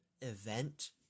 event